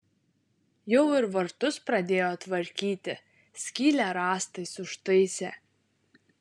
jau ir vartus pradėjo tvarkyti skylę rąstais užtaisė